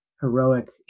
heroic